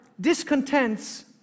discontents